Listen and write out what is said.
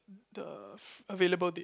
the available date